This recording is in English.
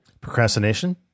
Procrastination